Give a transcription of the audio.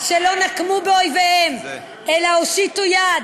שלא נקמו באויביהם אלא הושיטו יד